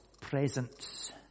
presence